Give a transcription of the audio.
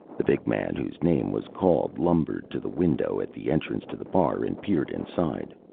the big man whose name was called lumbered to the window at the entrance to the bar, and peered inside.